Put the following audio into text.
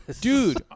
Dude